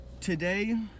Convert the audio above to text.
today